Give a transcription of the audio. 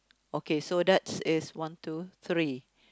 okay so that is one two three